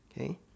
okay